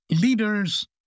leaders